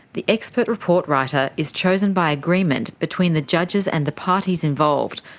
the expert report writer is chosen by agreement between the judges and the parties involved,